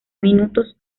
minutos